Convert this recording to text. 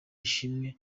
ishimwe